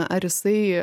ar jisai